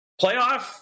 playoff